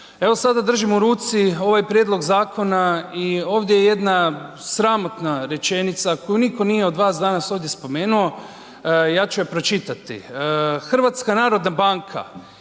Evo sada držim u ruci ovaj prijedlog zakona i ovdje je jedna sramotna rečenica koju nitko nije od vas danas ovdje spomenuo, ja ću je pročitati: „HNB izvršavati